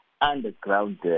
underground